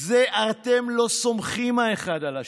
אתם לא סומכים האחד על השני,